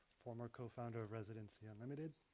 former co-founder of residency unlimited.